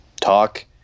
talk